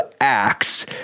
Acts